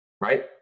Right